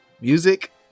music